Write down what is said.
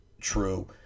true